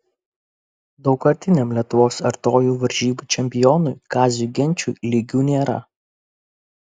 daugkartiniam lietuvos artojų varžybų čempionui kaziui genčiui lygių nėra